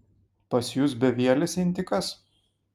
pas jus bevielis intikas